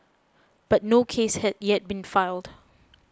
but no case has yet been filed